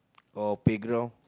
or playground